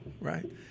right